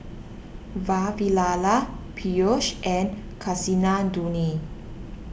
Vavilala Peyush and Kasinadhuni